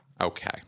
Okay